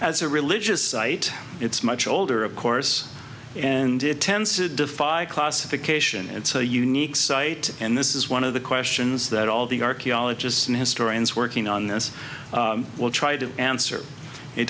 as a religious site it's much older of course and it tends to defy classification and so unique site and this is one of the questions that all the archaeologists and historians working on this will try to answer it